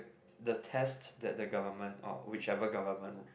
the tests that the government or whichever government